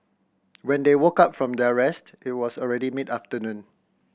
when they woke up from their rest it was already mid afternoon